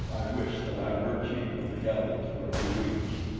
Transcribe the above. i wished that i were chief of the galus for a few weeks.